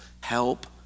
Help